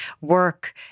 work